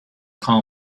call